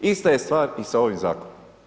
Ista je stvar i sa ovim zakonom.